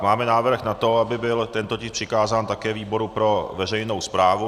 Máme návrh na to, aby byl tento tisk přikázán také výboru pro veřejnou správu.